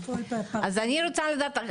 אז אני רוצה לדעת,